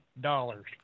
dollars